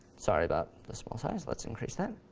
sorry about that small size, let's increase that.